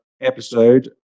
Episode